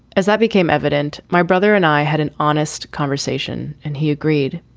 as that became evident, my brother and i had an honest conversation and he agreed.